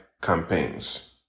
campaigns